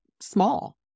small